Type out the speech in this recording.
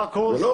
ולא